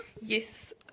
yes